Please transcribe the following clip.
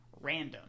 random